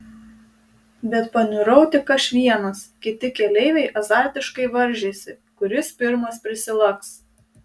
bet paniurau tik aš vienas kiti keleiviai azartiškai varžėsi kuris pirmas prisilaks